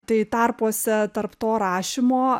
tai tarpuose tarp to rašymo